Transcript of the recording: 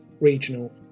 regional